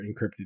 encrypted